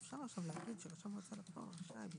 המגבלה שם זה צבר של פעולות שנוקטים נגד חייבים.